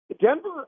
Denver